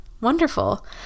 wonderful